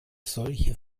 solche